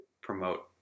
promote